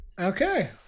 Okay